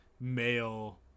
male